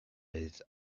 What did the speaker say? his